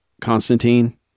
Constantine